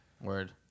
Word